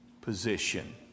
position